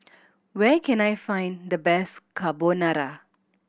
where can I find the best Carbonara